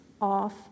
off